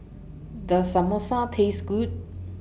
Does Samosa Taste Good